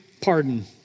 pardon